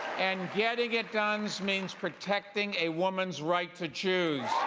and getting it done means protecting a woman's right to choose.